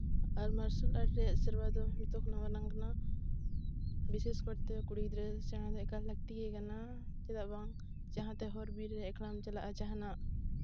ᱟᱨ martial art ᱨᱮᱭᱟᱜ ᱥᱮᱨᱣᱟ ᱫᱚ ᱱᱤᱛᱚᱜ ᱠᱷᱚᱱᱟᱜ ᱜᱷᱚᱱᱚ ᱜᱷᱚᱱᱚ ᱵᱤᱥᱮᱥ ᱠᱚᱨᱮᱛᱮ ᱠᱩᱲᱤ ᱜᱤᱫᱽᱨᱟᱹ ᱥᱮᱬᱟ ᱫᱚ ᱮᱠᱟᱞ ᱞᱟᱹᱠᱛᱤ ᱜᱮ ᱠᱟᱱᱟ ᱪᱮᱫᱟᱜ ᱵᱟᱝ ᱡᱟᱦᱟᱸ ᱛᱮ ᱦᱚᱨ ᱵᱤᱨ ᱮᱠᱞᱟᱢ ᱪᱟᱞᱟᱜᱼᱟ ᱡᱟᱦᱟᱱᱟᱜ